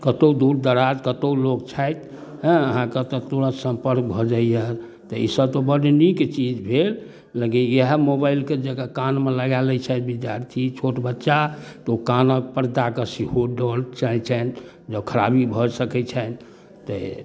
कतौ दूर दराज कतौ लोक छथि हँ तऽ अहाँके तुरत ओतऽ सम्पर्क भऽ जाइए तऽ ई सब तऽ बड़ नीक चीज भेल लेकिन इएह मोबाइलके जगह कानमे लगा लै छथि विद्यार्थी छोट बच्चा तऽ ओ कानक पर्दाके सेहो जँ खराबी भऽ सकै छनि